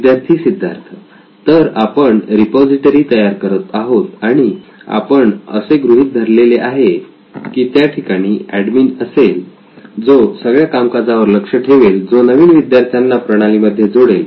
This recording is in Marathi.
विद्यार्थी सिद्धार्थ तर आपण रिपॉझिटरी तयार करत आहोत आणि आपल्या आपण असे गृहीत धरलेले आहे की त्या ठिकाणी एक एडमिन असेल जो सगळ्या कामकाजावर लक्ष ठेवेल जो नवीन विद्यार्थ्यांना प्रणाली मध्ये जोडेल